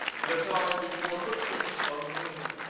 in a time before footprints on the moon,